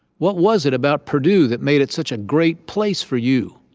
what was it about purdue that made it such a great place for you,